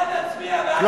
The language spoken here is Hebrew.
אתה תצביע בעד, איך אני?